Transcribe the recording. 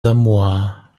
samoa